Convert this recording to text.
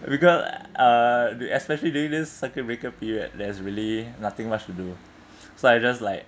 because uh the especially during this circuit breaker period there's really nothing much to do so I just like